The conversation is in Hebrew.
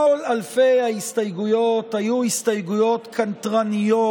כל אלפי ההסתייגויות היו הסתייגויות קנטרניות,